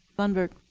lundberg.